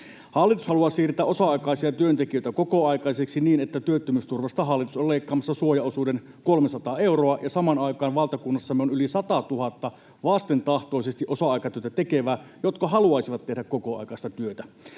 Hallitus haluaa siirtää osa-aikaisia työntekijöitä kokoaikaisiksi niin, että työttömyysturvasta hallitus on leikkaamassa suojaosuuden 300 euroa, ja samaan aikaan valtakunnassamme on yli 100 000 vastentahtoisesti osa-aikatyötä tekevää, jotka haluaisivat tehdä kokoaikaista työtä.